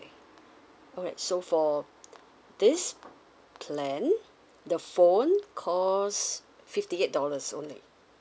alright so for this plan the phone cost fifty eight dollars only